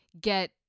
get